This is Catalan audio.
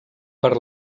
per